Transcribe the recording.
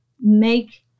make